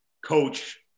Coach